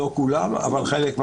לא כולם, אבל חלק.